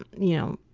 you know,